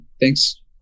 thanks